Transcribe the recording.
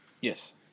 Yes